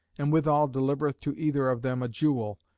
and withall delivereth to either of them a jewel,